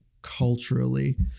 culturally